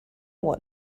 what